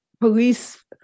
police